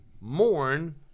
mourn